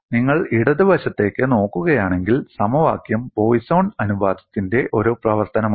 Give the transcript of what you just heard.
നിങ്ങൾ ഇടത് വശത്തേക്ക് നോക്കുകയാണെങ്കിൽ സമവാക്യം പോയ്സോൺ അനുപാതത്തിന്റെ ഒരു പ്രവർത്തനമാണ്